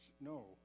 no